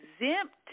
exempt